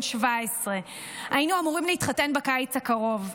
17. היינו אמורים להתחתן בקיץ הקרוב.